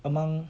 among